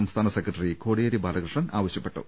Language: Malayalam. സംസ്ഥാന സെക്രട്ടറി കോടിയേരി ബാലകൃഷ്ണൻ ആവ ശ്യപ്പെട്ടു